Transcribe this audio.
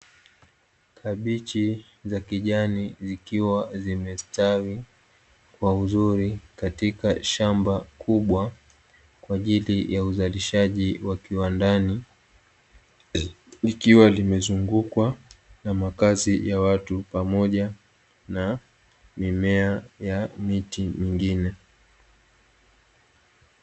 Kabichi za kijani zikiwa zimestawi kwa uzuri katika shamba kubwa, kwa ajli ya uzalishaji wa kiwandani, likiwa limezungukwa na makazi ya watu pamoja na mimea ya miti mingine.